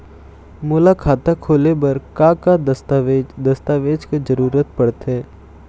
मोला खाता खोले बर का का दस्तावेज दस्तावेज के जरूरत पढ़ते?